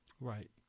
Right